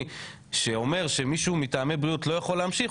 שאומר שמישהו מטעמי בריאות לא יכול להמשיך,